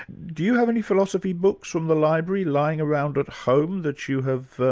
do you have any philosophy books from the library lying around at home, that you have,